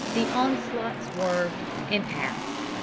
the onslaught swerved and passed.